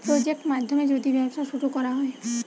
project মাধ্যমে যদি ব্যবসা শুরু করা হয়